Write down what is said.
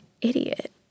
idiot